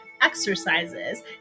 exercises